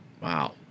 wow